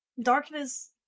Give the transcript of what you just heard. darkness